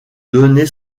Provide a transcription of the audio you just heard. donner